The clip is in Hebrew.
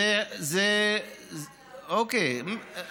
אוקיי.